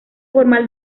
formal